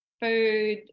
food